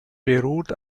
beruht